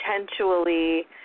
potentially